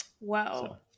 Wow